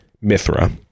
Mithra